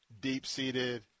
deep-seated